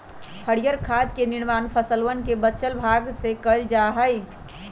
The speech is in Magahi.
हरीयर खाद के निर्माण फसलवन के बचल भाग से कइल जा हई